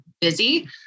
busy